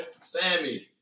Sammy